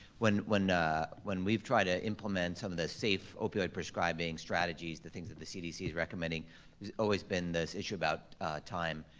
when when we've tried to implement some of the safe opioid prescribing strategies, the things that the cdc's recommending, there's always been this issue about time.